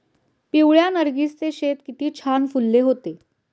पिवळ्या नर्गिसचे शेत किती छान फुलले होते